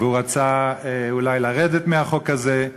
והוא רצה אולי לרדת מהחוק הזה,